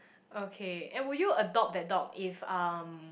okay and would you adopt that dog if um